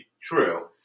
True